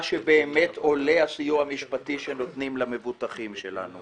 שבאמת עולה הסיוע המשפטי שנותנים למבוטחים שלנו.